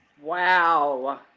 wow